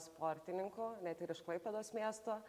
sportininkų net ir iš klaipėdos miesto